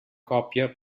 còpia